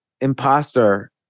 imposter